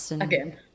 Again